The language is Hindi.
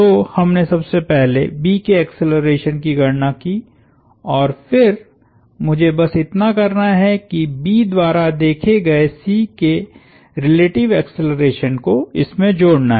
तो हमने सबसे पहले B के एक्सेलरेशन की गणना की और फिर मुझे बस इतना करना है कि B द्वारा देखे गए C के रिलेटिव एक्सेलरेशन को इसमें जोड़ना है